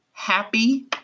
happy